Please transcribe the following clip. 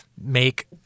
make